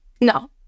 No